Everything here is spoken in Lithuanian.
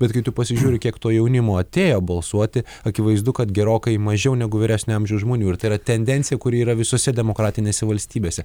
bet kai tu pasižiūri kiek to jaunimo atėjo balsuoti akivaizdu kad gerokai mažiau negu vyresnio amžiaus žmonių ir tai yra tendencija kuri yra visose demokratinėse valstybėse